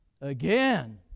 again